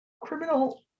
criminal